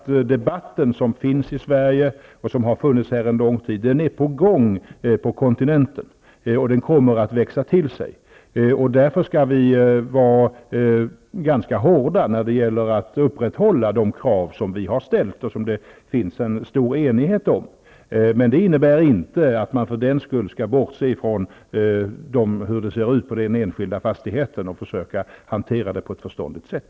Debatten som finns och har funnits under en lång tid är på gång på kontinenten. Den kommer att växa till sig. Därför skall vi i Sverige vara hårda på att upprätthålla de krav vi har ställt och som det finns en stor enighet om. Men det innebär inte att vi för den skull skall bortse från hur det ser ut på den enskilda fastigheten och försöka hantera frågan på ett förståndigt sätt.